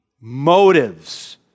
motives